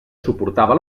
suportava